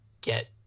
get